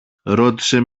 ρώτησε